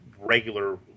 regular